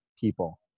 people